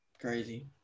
Crazy